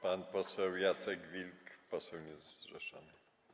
Pan poseł Jacek Wilk, poseł niezrzeszony.